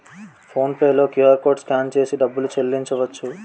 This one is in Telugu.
ఫోన్ పే లో క్యూఆర్కోడ్ స్కాన్ చేసి డబ్బులు చెల్లించవచ్చు